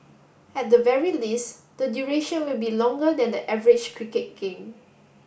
at the very least the duration will be longer than the average cricket game